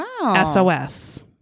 SOS